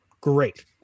Great